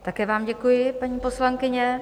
Také vám děkuji, paní poslankyně.